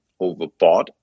overbought